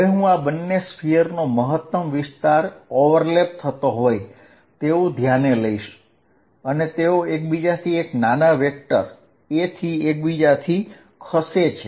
હવે હું આ બંને ગોળાનો મહત્તમ વિસ્તાર ઓવરલેપ થતો હોય તેવું ધ્યાને લઈશ અને તેઓ એકબીજાથી એક નાના વેક્ટર a થી એકબીજાથી ખસે છે